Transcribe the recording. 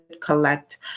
collect